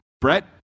Brett